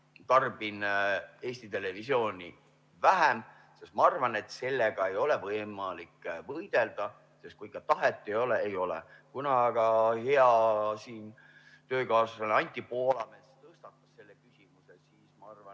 tarbin Eesti Televisiooni vähem, sest ma arvan, et sellega ei ole võimalik võidelda. Kui ikka tahet ei ole, siis seda ei ole. Kuna aga hea töökaaslane Anti Poolamets tõstatas selle küsimuse, siis ma arvan,